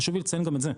חשוב לי לציין גם את זה,